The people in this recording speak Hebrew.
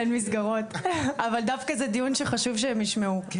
היום זה דיון שחשוב שהם ישמעו.